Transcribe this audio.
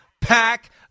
Pack